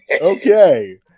Okay